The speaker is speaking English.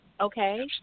Okay